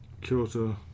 Kyoto